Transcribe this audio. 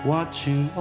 Watching